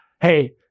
hey